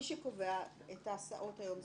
את ההסעות היום,